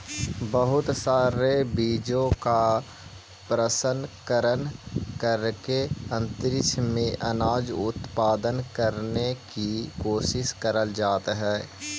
बहुत सारे बीजों का प्रशन करण करके अंतरिक्ष में अनाज उत्पादन करने की कोशिश करल जाइत हई